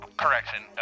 Correction